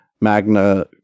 Magna